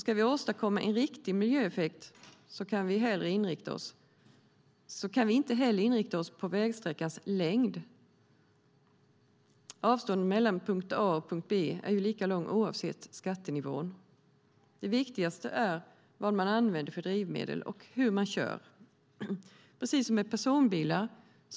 Ska vi åstadkomma en riktig miljöeffekt kan vi inte heller inrikta oss på vägsträckans längd. Avståndet mellan punkt A och punkt B är ju lika långt oavsett skattenivå. Det viktigaste är vad man använder för drivmedel och hur man kör. Precis som med personbilar